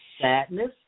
Sadness